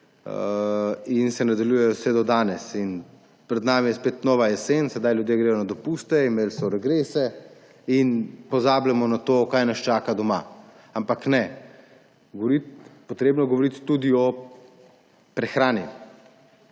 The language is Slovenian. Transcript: in se nadaljujejo vse do danes. Pred nami je spet nova jesen, sedaj gredo ljudje na dopuste, imeli so regrese in pozabljamo na to, kar nas čaka doma. Ampak ne, potrebno je govoriti tudi o prehrani,